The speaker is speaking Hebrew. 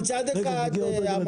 מצד אחד המנכ"ל,